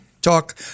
talk